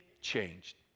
changed